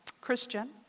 Christian